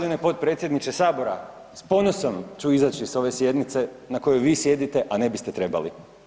Hvala g. potpredsjedniče sabora s ponosom ću izaći s ove sjednice na kojoj vi sjedite, a ne biste trebali.